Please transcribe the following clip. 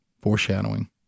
Foreshadowing